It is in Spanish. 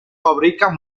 fabrican